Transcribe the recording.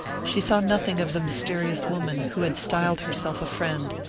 she saw nothing of the mysterious woman who had styled herself a friend,